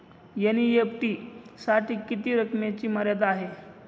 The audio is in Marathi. एन.ई.एफ.टी साठी किती रकमेची मर्यादा आहे?